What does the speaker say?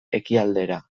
ekialdera